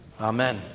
Amen